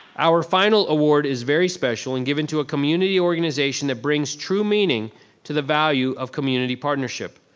our final award is very special and given to a community organization that brings true meaning to the value of community partnership.